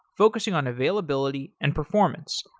focusing on availability and performance.